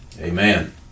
amen